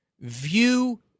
view